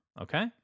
Okay